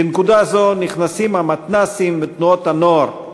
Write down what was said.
בנקודה זו נכנסים המתנ"סים ותנועות הנוער,